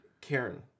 Karen